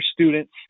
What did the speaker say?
students